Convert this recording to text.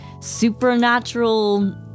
supernatural